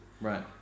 Right